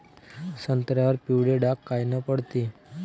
संत्र्यावर पिवळे डाग कायनं पडते?